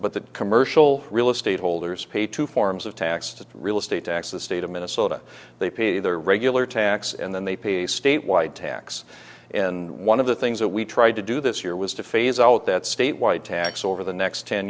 but the commercial real estate holders pay two forms of tax to real estate tax the state of minnesota they pay their regular tax and then they pay a state wide tax and one of the things that we tried to do this year was to phase out that state wide tax over the next ten